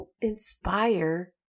inspire